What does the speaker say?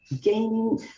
gaining